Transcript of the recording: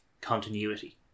continuity